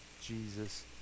Jesus